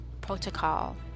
protocol